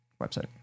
website